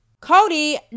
Cody